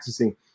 accessing